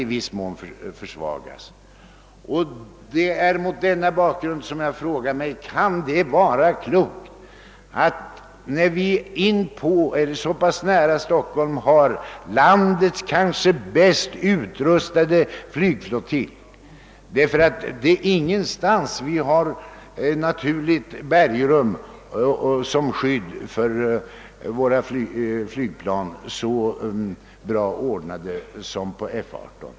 Mot denna bakgrund frågar jag: Kan det vara klokt att förhastat fatta detta beslut när remissmyndigheterna praktiskt taget över lag anser att denna indragning inte bör göras? Vi har ju tämligen nära Stockholm landets kanske bäst utrustade flygflottilj. Ingenstans har vi så bra naturliga bergrum som skydd för våra flygplan som på F 18.